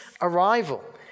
arrival